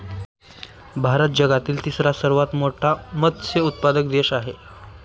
भारत जगातील तिसरा सर्वात मोठा मत्स्य उत्पादक देश आहे